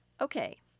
okay